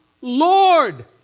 Lord